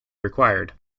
required